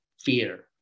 fear